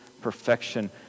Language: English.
perfection